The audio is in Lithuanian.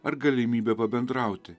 ar galimybė pabendrauti